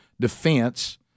defense